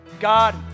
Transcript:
God